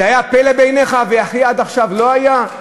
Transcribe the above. זה היה פלא בעיניך, וכי עד עכשיו זה לא היה?